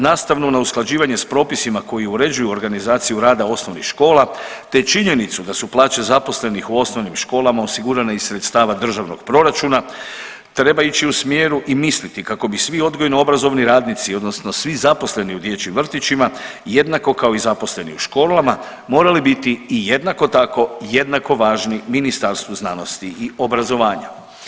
Nastavno na uređivanje s propisima koji uređuju organizaciju rada osnovnih škola te činjenicu da su plaće zaposlenih u osnovnim školama osigurana iz sredstava državnog proračuna treba ići u smjeru i misliti kako bi svi odgojno obrazovni radnici odnosno svi zaposleni u dječjim vrtićima jednako kao i zaposleni u školama morali biti i jednako tako jednako važni Ministarstvu znanosti i obrazovanja.